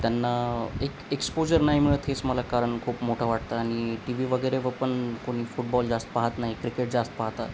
त्यांना एक एक्सपोजर नाही मिळत हेच मला कारण खूप मोठं वाटतं आणि टी व्ही वगैरे व पण कोणी फुटबॉल जास्त पाहत नाही क्रिकेट जास्त पाहतात